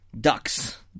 Ducks